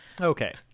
okay